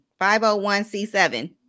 501c7